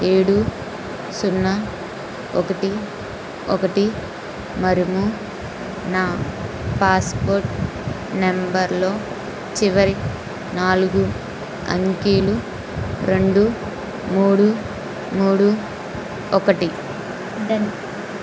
ఏడు సున్నా ఒకటి ఒకటి మరుము నా పాస్పోర్ట్ నెంబర్లో చివరి నాలుగు అంకెలు రెండు మూడు మూడు ఒకటి